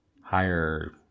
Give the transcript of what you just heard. higher